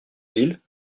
lille